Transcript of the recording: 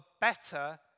better